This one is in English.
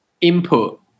input